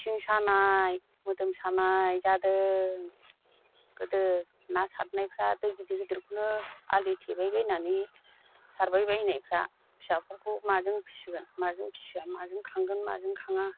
सिं सानाय मोदोम सानाय जादों गोदो ना सारनायफ्रा दै गिदिर गिदिरखौनो आलि थेबायबायनानै सारबायबायनायफ्रा फिसाफोरखौ माजों फिसिगोन माजों फिसिया माजों खांगोन माजों खाङा